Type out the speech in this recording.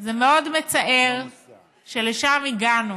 זה מאוד מצער שלשם הגענו.